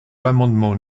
l’amendement